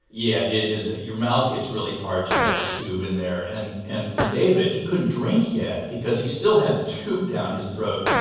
yeah, it is. your mouth gets really parched. you've got this tube in there. and and for david, he couldn't drink yet because he still had the tube down his throat.